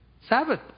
Sabbath